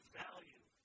value